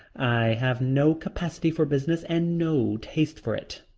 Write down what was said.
i have no capacity for business and no taste for it.